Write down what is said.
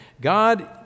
God